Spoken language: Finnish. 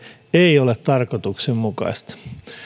ei ole tarkoituksenmukaista